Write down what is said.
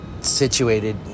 situated